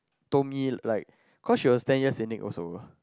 told me like cause she was ten years also